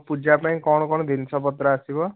ପୂଜା ପାଇଁ କ'ଣ କ'ଣ ଜିନିଷ ପତ୍ର ଆସିବ